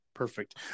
Perfect